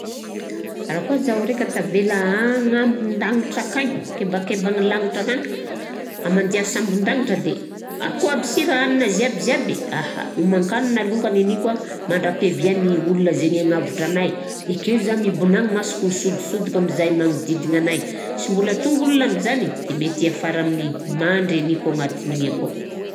Raha koà zaho raika tavela agnabon-dangitra akagny, an-kebakeban'ny lanitra akagny amandià sambon-dagnitra akagny, akao aby si hanigna ziabiziaby. Aha! Homan-kanina alongany anio ka mandra-piavian'ny olona zay ande hagnavotra anahy, eke zah mibonagny maso misotisotika mizay magnodidigna ana; sy mbola tonga olona am'zany, de mety hiafara amin'ny mandry haniko agnatin'igny akô.